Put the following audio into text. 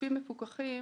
גופים מפוקחים